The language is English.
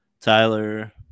Tyler